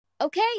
okay